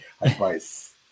advice